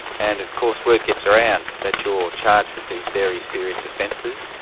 and of course word gets around that you're charged with these very serious offences,